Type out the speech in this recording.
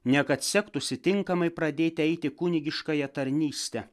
ne kad sektųsi tinkamai pradėti eiti kunigiškąją tarnystę